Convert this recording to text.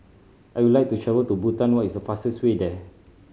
I would like to travel to Bhutan what is the fastest way there